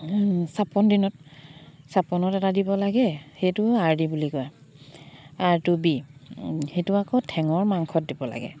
ছাপন্ন দিনত ছাপন্ন দিনত এটা দিব লাগে সেইটো আৰ দি বুলি কয় আৰ টু বি সেইটো আকৌ ঠেঙৰ মাংসত দিব লাগে